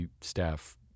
staff